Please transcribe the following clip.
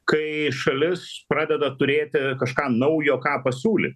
kai šalis pradeda turėti kažką naujo ką pasiūlyt